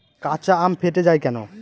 কাঁচা আম ফেটে য়ায় কেন?